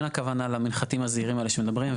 אין הכוונה למנחתים הזעירים האלה שמדברים.